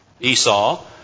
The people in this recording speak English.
Esau